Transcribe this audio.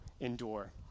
endure